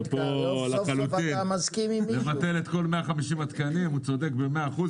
לבטל את כל 150 התקנים, הוא צודק במאה אחוז.